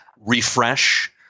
refresh